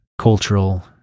cultural